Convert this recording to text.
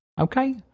Okay